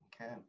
Okay